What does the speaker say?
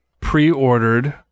pre-ordered